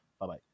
Bye-bye